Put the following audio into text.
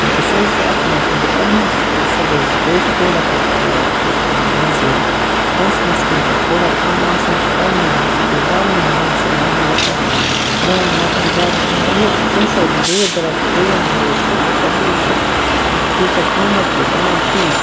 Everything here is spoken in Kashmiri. تہٕ سُہ حظ چھِ اَکھ مسلہٕ تہٕ تَمہِ سپوز چھِ بیٚیہِ تھوڑا تَتھ کیٛاہ چھِ وَنان یہِ حظ یہِ پونٛسہٕ وونٛسہٕ کِنۍ تہِ تھوڑا کَم آسان تہٕ تَوٕ موٗجوٗب چھِ یہِ گامَن منٛز حظ چھِنہٕ وۄنۍ مِلان کانٛہہ پرٛٲنۍ مکان زیادٕ کینٛہہ وۄنۍ حظ چھُ کُنہِ سایڈٕ دوٗر دراز ایریاہَن منٛز حظ چھِ تہٕ تَپٲرۍ چھِ تیٖژاہ قۭمَتھ تہِ دِوان کِہیٖنۍ